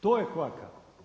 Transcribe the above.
To je kvaka.